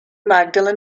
magdalen